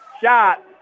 Shot